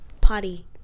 Potty